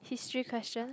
history question